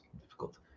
difficult